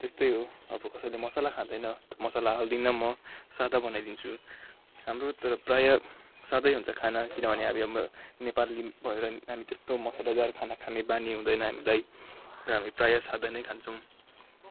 त्यस्तै हो अब कसैले मसाला खाँदैन त मसाला हाल्दिनँ म सादा बनाइदिन्छु हाम्रो तर प्राय सादै हुन्छ खाना किनभने अब यो नेपाली भएर हामी त्यस्तो मसालादार खाना खाने बानी हुँदैन हामीलाई र हामी प्राय सादा नै खान्छौँ